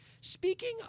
Speaking